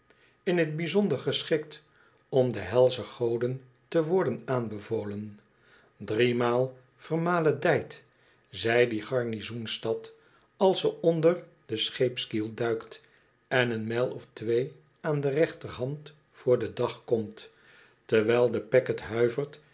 in t bijzonder geschikt om den helschen goden te worden aanbevolen driemaal vermaledijd ztj die garnizoensstad als ze onder de scheep ski el duikt en een mijl of twee aan de rechterhand voor den dag komt terwijl de